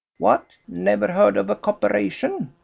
what? never heard of a copperation?